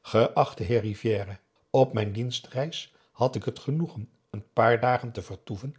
geachte heer rivière op mijn dienstreis had ik het genoegen een paar dagen te vertoeven